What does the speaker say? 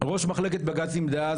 ראש מחלקת בג"צים דאז,